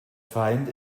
feind